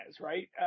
right